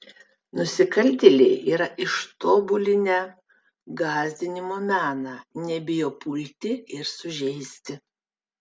nusikaltėliai yra ištobulinę gąsdinimo meną nebijo pulti ir sužeisti